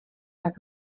tak